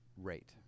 rate